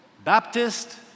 Baptist